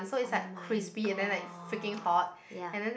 oh-my-god ya